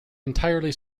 entirely